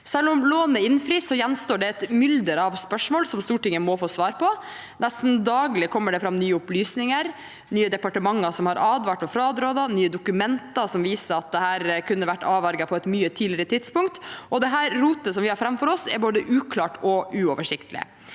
Selv om lånet innfris, gjenstår det et mylder av spørsmål som Stortinget må få svar på. Nesten daglig kommer det fram nye opplysninger om nye departementer som har advart og frarådd, og nye dokumenter som viser at dette kunne vært avverget på et mye tidligere tidspunkt. Dette rotet vi har framfor oss, er både uklart og uoversiktlig.